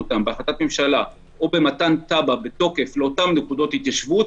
אותן בהחלטת ממשלה או במתן תב"ע בתוקף לאותן נקודות התיישבות,